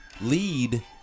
lead